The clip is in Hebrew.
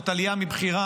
זאת עלייה מבחירה.